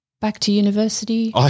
back-to-university